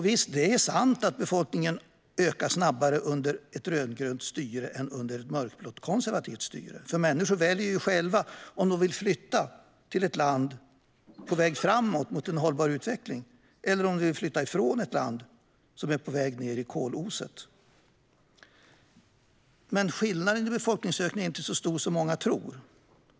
Visst är det sant att befolkningen ökar snabbare under ett rödgrönt styre än under ett mörkblått konservativt styre. Människor väljer ju själva om de vill flytta till ett land på väg framåt mot hållbar utveckling eller om de vill flytta från ett land på väg ner i koloset. Men skillnaderna i befolkningsökning är inte så stora som många tror.